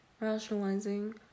Rationalizing